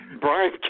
Brian